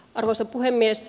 arvoisa puhemies